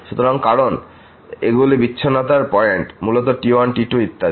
সুতরাং কারণ এগুলি বিচ্ছিন্নতার পয়েন্ট মূলত t1 t2 ইত্যাদি